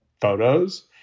photos